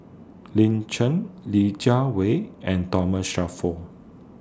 Lin Chen Li Jiawei and Thomas Shelford